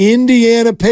Indiana